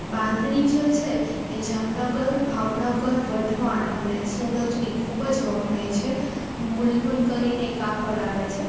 બાંધણી જે છે એ જામનગર ભાવનગર વઢવાણ અને સુરતની ખૂબ જ વખણાય છે મલમલ કરીને કાપડ આવે છે